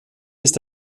ist